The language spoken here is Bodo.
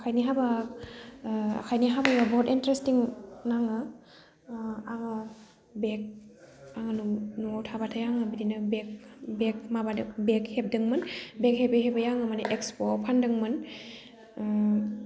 आखाइनि हाबा आखाइनि हाबायाव बहुत इन्टरेस्टिं नाङो आङो बेक न'आव थाबाथाय आङो बिदिनो बेक बेक माबादो बेक हेबदोंमोन बेक हेबै हेबै आङो माने एक्सप'आव फान्दोंमोन